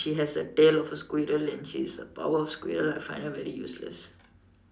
she has a tail of a squirrel and she's a power of a squirrel I find her very useless